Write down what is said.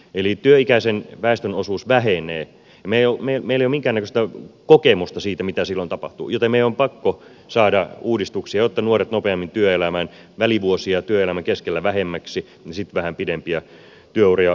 eli työikäisen väestön osuus vähenee ja meillä ei ole minkäännäköistä kokemusta siitä mitä silloin tapahtuu joten meidän on pakko saada uudistuksia jotta saadaan nuoret nopeammin työelämään välivuosia työelämän keskellä vähemmäksi ja sitten vähän pidempiä työuria loppupäästä